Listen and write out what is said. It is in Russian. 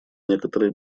некоторые